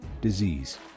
disease